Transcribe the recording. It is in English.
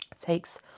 takes